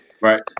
Right